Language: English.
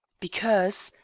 because,